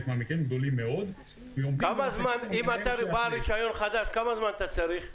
מהמקרים גדולים מאוד -- אם אתה בעל רישיון חדש כמה זמן אתה צריך?